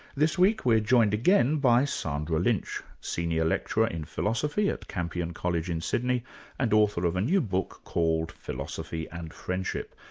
this week we are joined again by sandra lynch, senior lecturer in philosophy at campion college in sydney and author of a new book called philosophy and friendship.